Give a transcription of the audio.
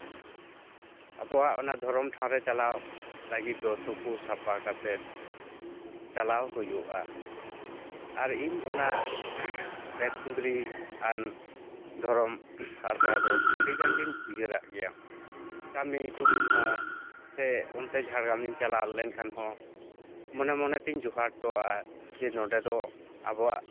ᱟᱵᱚᱣᱟᱜ ᱚᱱᱟ ᱫᱷᱚᱨᱚᱢ ᱴᱷᱟᱶᱨᱮ ᱪᱟᱞᱟᱣ ᱞᱟᱹᱜᱤᱫ ᱫᱚ ᱛᱳᱯᱳ ᱥᱟᱯᱷᱟ ᱠᱟᱛᱮ ᱪᱟᱞᱟᱣ ᱦᱩᱭᱩᱜᱼᱟ ᱟᱨ ᱤᱧ ᱚᱱᱟ ᱵᱮᱛᱠᱩᱸᱫᱽᱨᱤ ᱫᱷᱚᱨᱚᱢ ᱟᱥᱲᱟ ᱫᱚ ᱟᱹᱰᱤ ᱜᱟᱱ ᱜᱮᱧ ᱩᱭᱦᱟᱹᱨᱟᱜ ᱜᱮᱭᱟ ᱠᱟᱹᱢᱤ ᱛᱩᱞᱩᱡ ᱦᱚᱸ ᱥᱮ ᱚᱱᱛᱮ ᱡᱷᱟᱲᱜᱨᱟᱢᱤᱧ ᱪᱟᱞᱟᱣ ᱞᱮᱱᱠᱷᱟᱱ ᱦᱚᱸ ᱢᱚᱱᱮ ᱢᱚᱱᱮ ᱛᱮᱧ ᱡᱚᱦᱟᱨ ᱦᱚᱴᱚᱣᱟᱜᱼᱟ ᱡᱮ ᱱᱚᱰᱮ ᱫᱚ ᱟᱵᱚᱣᱟᱜ